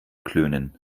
klönen